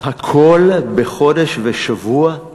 הכול בחודש ושבוע?